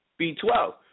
B12